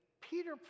peter